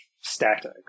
static